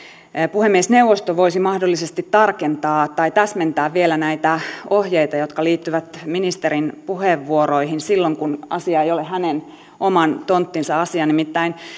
puhemiesneuvosto voisi mahdollisesti tarkentaa tai täsmentää vielä näitä ohjeita jotka liittyvät ministerin puheenvuoroihin silloin kun asia ei ole hänen oman tonttinsa asia nimittäin